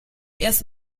erst